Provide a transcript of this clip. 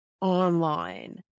online